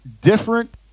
different